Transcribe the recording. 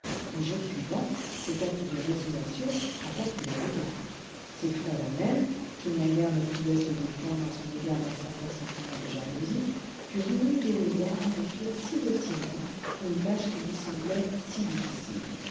les jours suivants cet acte de résignation frappa tous les regards ses frères euxirêmcs qui naguère ne pouvaient se défendre à son égard d'un certain sentiment de jalousie furent émus de le voir accomplir si docilement une tâche qui lui semblait si difficile